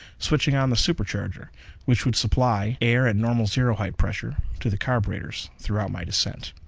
switching on the supercharger which would supply air at normal zero-height pressure to the carburetors throughout my descent.